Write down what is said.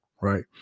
right